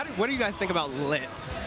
what do you think about lit?